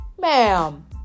Ma'am